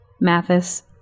Mathis